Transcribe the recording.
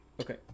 Okay